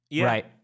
Right